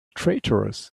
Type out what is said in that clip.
traitorous